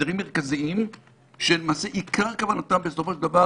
בצירים מרכזיים שלמעשה עיקר כוונתם בסופו של דבר